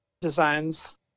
designs